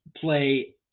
play